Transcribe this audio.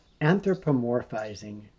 anthropomorphizing